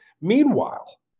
Meanwhile